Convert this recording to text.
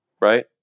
Right